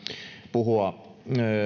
puhua